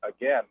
again